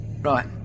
Right